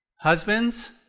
Husbands